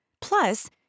Plus